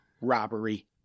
robbery